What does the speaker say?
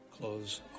close